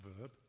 verb